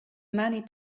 many